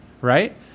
right